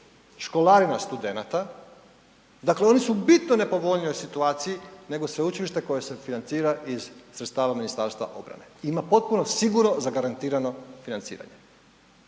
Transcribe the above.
školarina studenata, dakle, oni su u bitno nepovoljnijoj situaciji nego sveučilište koje se financira iz sredstava MORH-a i ima potpuno sigurno zagarantirano financiranje.